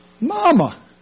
Mama